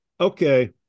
Okay